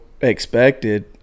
expected